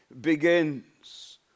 begins